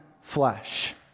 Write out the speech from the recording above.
flesh